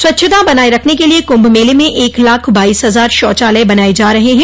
स्वच्छता बनाये रखने के लिए कुंभ मेले में एक लाख बाईस हजार शौचालय बनाये जा रहे है